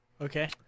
Okay